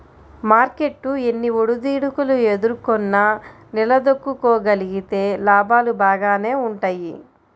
market ఎన్ని ఒడిదుడుకులు ఎదుర్కొన్నా నిలదొక్కుకోగలిగితే లాభాలు బాగానే వుంటయ్యి